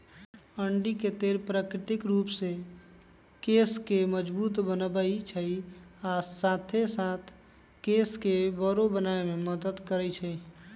अंडी के तेल प्राकृतिक रूप से केश के मजबूत बनबई छई आ साथे साथ केश के बरो बनावे में मदद करई छई